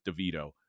DeVito